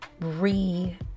re